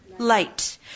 light